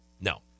No